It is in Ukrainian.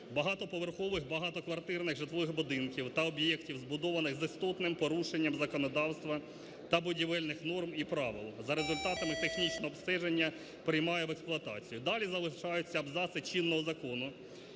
багатоповерхових, багатоквартирних житлових будинків та об'єктів, збудованих з істотним порушенням законодавства та будівельних норм і правил, за результатами технічного обстеження приймає в експлуатацію". Далі залишаються абзаци чинного закону: